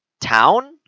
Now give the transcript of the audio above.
town